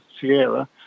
Sierra